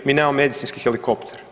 Mi nemamo medicinski helikopter.